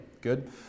good